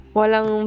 walang